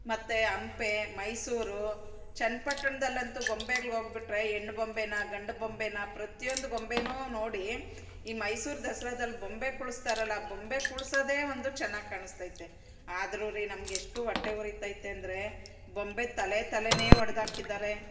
ಮತ್ತು ಹಂಪೆ ಮೈಸೂರು ಚನ್ನಪಟ್ಟಣ್ದಲ್ಲಂತೂ ಗೊಂಬೆಗಳಿಗ್ ಹೋಗ್ಬಿಟ್ರೆ ಹೆಣ್ ಬೊಂಬೆ ಗಂಡು ಬೊಂಬೆ ಪ್ರತಿಯೊಂದು ಗೊಂಬೆ ನೋಡಿ ಈ ಮೈಸೂರು ದಸ್ರದಲ್ಲಿ ಬೊಂಬೆ ಕುಳಿಸ್ತಾರಲ ಬೊಂಬೆ ಕುಳ್ಸೊದೇ ಒಂದು ಚೆನ್ನಾಗ್ ಕಾಣಿಸ್ತೈತೆ ಆದರೂ ರೀ ನಮಗೆಷ್ಟು ಹೊಟ್ಟೆ ಉರಿತೈತೆ ಅಂದರೆ ಬೊಂಬೆ ತಲೆ ತಲೆನೇ ಒಡೆದಾಕಿದ್ದಾರೆ